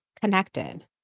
connected